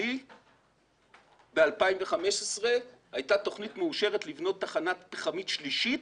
לתפקידי ב-2015 הייתה תוכנית מאושרת לבנות תחנה פחמית שלישית